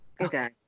Okay